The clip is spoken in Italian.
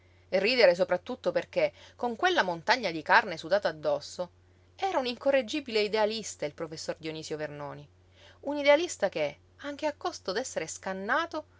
ridere ridere sopra tutto perché con quella montagna di carne sudata addosso era un incorreggibile idealista il professor dionisio vernoni un idealista che anche a costo d'essere scannato